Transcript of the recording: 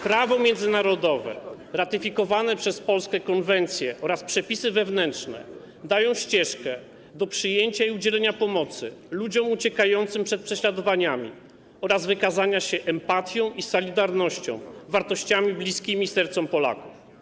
Prawo międzynarodowe, ratyfikowane przez Polskę konwencje oraz przepisy wewnętrzne dają ścieżkę do przyjęcia i udzielenia pomocy ludziom uciekającym przed prześladowaniami oraz wykazania się empatią i solidarnością - wartościami bliskimi sercom Polaków.